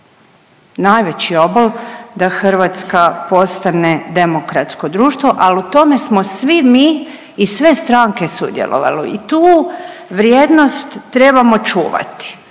najveći obol da Hrvatska postane demokratsko društvo, ali u tome smo svi mi i sve stranke sudjelovali i tu vrijednost trebamo čuvati.